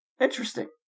Interesting